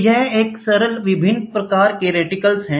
तो यह एक सरल विभिन्न प्रकार के रेटिकल्स हैं